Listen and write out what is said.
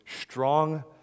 strong